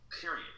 Period